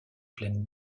pleine